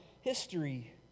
history